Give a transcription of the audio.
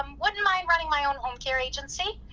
um wouldn't mind running my own home care agency,